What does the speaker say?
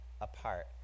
apart